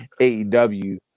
AEW